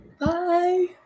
Bye